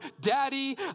Daddy